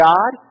God